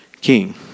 king